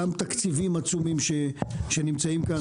גם תקציבים עצומים שנמצאים כאן.